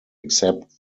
except